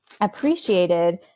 appreciated